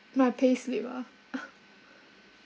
my payslip ah